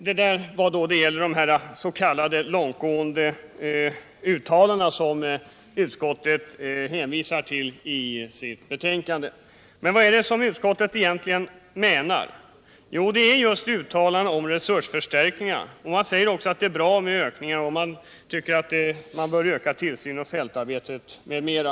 Detta gällde alltså de långtgående uttalanden som utskottet hänvisat till i sitt betänkande. Men vad menar egentligen utskottet? Jo, det rör sig just om uttalanden om resursförstärkningar. Man säger att det är bra med förstärkningar beträffande fältarbetet m.m.